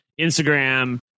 instagram